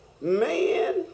Man